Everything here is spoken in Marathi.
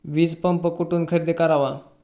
वीजपंप कुठून खरेदी करावा?